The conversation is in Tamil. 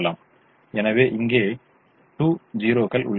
எனவே இங்கே 2 0 கள் உள்ளன